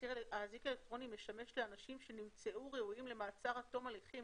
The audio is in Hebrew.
האזיק האלקטרוני משמש לאנשים שנמצאים ראויים למעצר עד תום הליכים.